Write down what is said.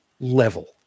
level